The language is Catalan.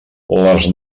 les